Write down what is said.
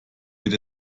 wird